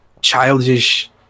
childish